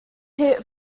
hit